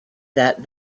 that